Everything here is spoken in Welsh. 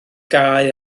gau